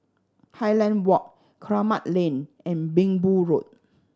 Highland Walk Kramat Lane and Minbu Road